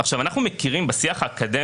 איך זה מגביר את אמון הציבור במערכת המשפט?